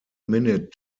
minute